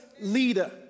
leader